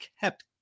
kept